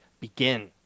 begin